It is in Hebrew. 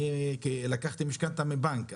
אני לקחתי משכנתא מבנק,